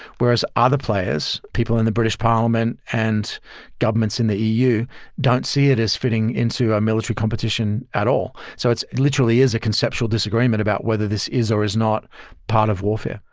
whereas other players, people in the british parliament and governments in the eu don't see it as fitting into a military competition at all. so literally is a conceptual disagreement about whether this is or is not part of warfare.